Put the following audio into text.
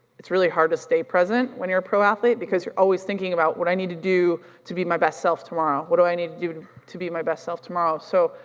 it's really hard to stay present when you're a pro athlete because you're always thinking about what i need to do to be my best self tomorrow, what do i need to do to be my best self tomorrow so,